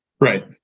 Right